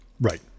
Right